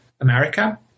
America